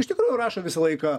iš tikrųjų rašo visą laiką